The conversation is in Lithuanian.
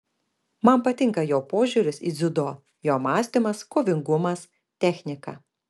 man patinka jo požiūris į dziudo jo mąstymas kovingumas technika